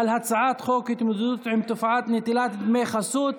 על הצעת חוק התמודדות עם תופעת נטילת דמי חסות,